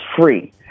free